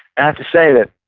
i have to say that,